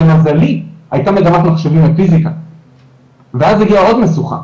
למזלי הייתה מגמת מחשבים ופיסיקה ואז הגיעה עוד משוכה,